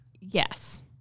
yes